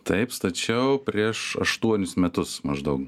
taip stačiau prieš aštuonis metus maždaug